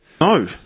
No